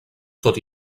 tot